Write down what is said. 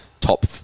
top